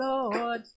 Lord